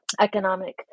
Economic